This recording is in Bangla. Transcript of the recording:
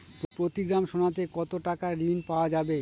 প্রতি গ্রাম সোনাতে কত টাকা ঋণ পাওয়া যাবে?